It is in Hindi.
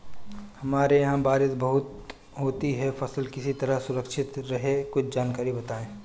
हमारे यहाँ बारिश बहुत होती है फसल किस तरह सुरक्षित रहे कुछ जानकारी बताएं?